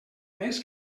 més